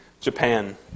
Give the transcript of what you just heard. Japan